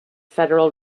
federal